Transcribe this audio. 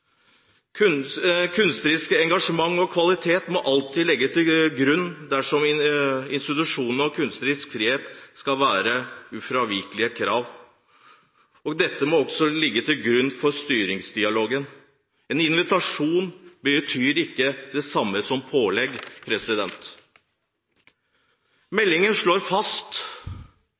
og kvalitet må alltid legges til grunn dersom institusjonenes kunstneriske frihet skal være ufravikelige krav. Dette må også ligge til grunn for styringsdialogen. En invitasjon betyr ikke det samme som et pålegg. Meldingen slår fast: